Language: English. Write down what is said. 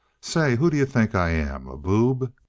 say, who d'you think i am, a boob?